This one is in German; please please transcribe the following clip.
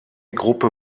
gruppe